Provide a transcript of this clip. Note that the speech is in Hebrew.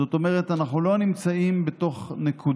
זאת אומרת, אנחנו לא נמצאים בנקודה